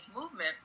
movement